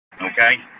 okay